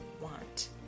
want